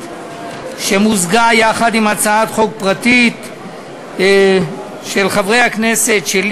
שמוזגה עם הצעת חוק פרטית של חברי הכנסת,